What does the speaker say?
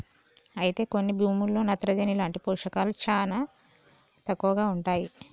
అయితే కొన్ని భూముల్లో నత్రజని లాంటి పోషకాలు శానా తక్కువగా ఉంటాయి